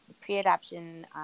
Pre-adoption